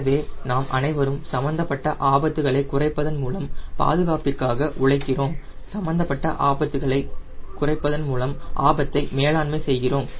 எனவே நாம் அனைவரும் சம்பந்தப்பட்ட ஆபத்துக்களைக் குறைப்பதன் மூலம் பாதுகாப்பிற்காக உழைக்கிறோம் சம்பந்தப்பட்ட அபாயங்களைக் குறைப்பதன் மூலம் ஆபத்தை மேலாண்மை செய்கிறோம்